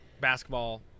basketball